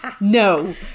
No